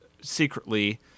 secretly